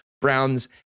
Browns